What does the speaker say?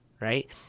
right